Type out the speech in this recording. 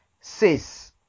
says